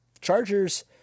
Chargers